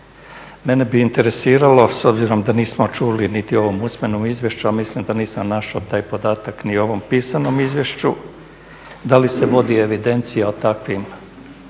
Mene bi interesiralo, s obzirom da nismo čuli niti u ovom usmenom izvješću, a mislim da nisam našao taj podatak ni u ovom pisanom izvješću, da li se vodi evidencija o takvim slučajevima,